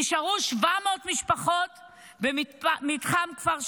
נשארו 700 משפחות במתחם כפר שלם.